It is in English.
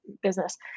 business